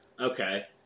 Okay